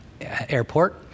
Airport